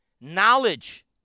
knowledge